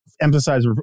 emphasize